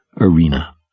arena